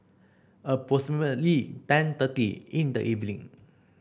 approximately ten thirty in the evening